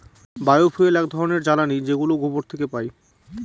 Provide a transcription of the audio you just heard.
বায় fuel এক ধরনের জ্বালানী যেগুলো গোবর থেকে পাই